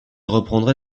reprendrai